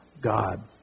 God